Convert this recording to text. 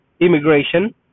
immigration